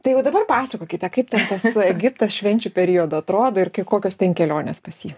tai vat dabar papasakokite kaip ten tas egiptas švenčių periodu atrodo ir kai kokios ten kelionės pas jį